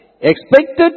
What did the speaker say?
expected